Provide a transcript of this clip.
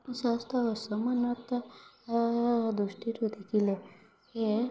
ସ୍ୱାସ୍ଥ୍ୟ ଅସମାନତା ଦୃଷ୍ଟିରୁ ଦେଖିଲେ ଇଏ